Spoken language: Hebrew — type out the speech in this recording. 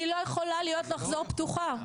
היא לא יכולה לחזור להיות פתוחה,